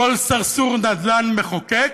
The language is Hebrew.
לכל סרסור נדל"ן, מחוקק.